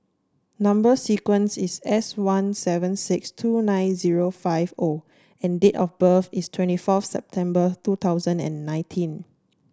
number sequence is S one seven six two nine zero five O and date of birth is twenty fourth September twenty nineteen